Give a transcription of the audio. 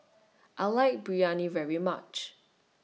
I like Biryani very much